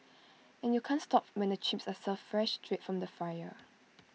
and you can't stop when the chips are served fresh straight from the fryer